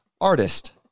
artist